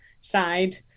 side